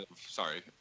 sorry